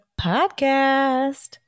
podcast